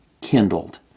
Kindled